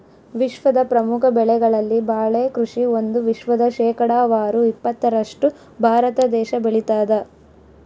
ವಿಶ್ವದ ಪ್ರಮುಖ ಬೆಳೆಗಳಲ್ಲಿ ಬಾಳೆ ಕೃಷಿ ಒಂದು ವಿಶ್ವದ ಶೇಕಡಾವಾರು ಇಪ್ಪತ್ತರಷ್ಟು ಭಾರತ ದೇಶ ಬೆಳತಾದ